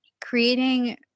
creating